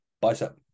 bicep